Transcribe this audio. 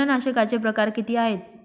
तणनाशकाचे प्रकार किती आहेत?